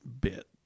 bit